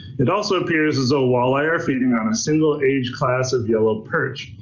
it also appears as though walleye are feeding on a single age class of yellow perch,